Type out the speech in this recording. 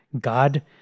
God